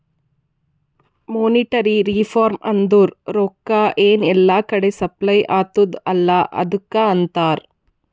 monetary reform ಅಂದುರ್ ರೊಕ್ಕಾ ಎನ್ ಎಲ್ಲಾ ಕಡಿ ಸಪ್ಲೈ ಅತ್ತುದ್ ಅಲ್ಲಾ ಅದುಕ್ಕ ಅಂತಾರ್